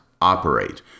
operate